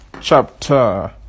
chapter